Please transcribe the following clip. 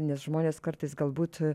nes žmonės kartais galbūt